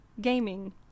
gaming